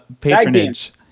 patronage